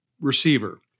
receiver